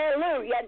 Hallelujah